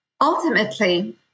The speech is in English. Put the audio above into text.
ultimately